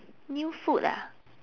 new food ah